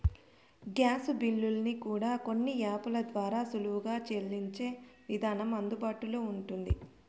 gas బిల్లుల్ని కూడా కొన్ని యాపుల ద్వారా సులువుగా సెల్లించే విధానం అందుబాటులో ఉంటుంది